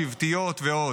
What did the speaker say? שבטיות ועוד.